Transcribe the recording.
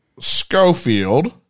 Schofield